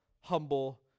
humble